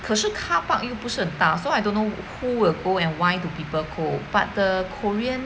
可是 car park 又不是很大 so I don't know who will go and why do people go but the korean